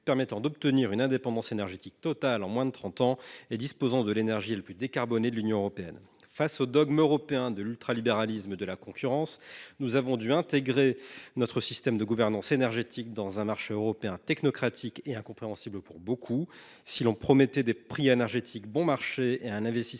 permis d’obtenir une indépendance énergétique totale en moins de trente ans et de disposer de l’énergie la plus décarbonée de l’Union européenne. Face aux dogmes européens de l’ultralibéralisme et de la concurrence, nous avons dû intégrer notre système de gouvernance énergétique dans un marché européen technocratique et incompréhensible pour de nombreuses personnes. Alors que l’on nous avait promis une énergie bon marché et un investissement